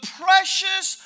precious